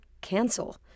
cancel